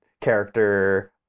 character